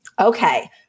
Okay